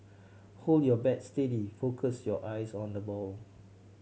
hold your bat steady focus your eyes on the ball